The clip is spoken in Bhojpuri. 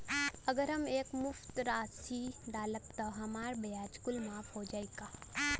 अगर हम एक मुस्त राशी डालब त हमार ब्याज कुछ माफ हो जायी का?